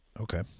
Okay